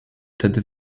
tedy